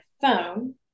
phone